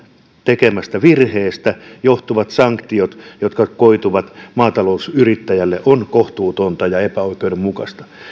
tekemästä virheestä johtuvat sanktiot koituvat maatalousyrittäjälle on kohtuutonta ja epäoikeudenmukaista esimerkiksi